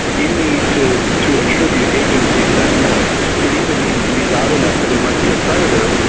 you need to to attribute agency to that noise. it either needs to be loud enough that it might be a predator,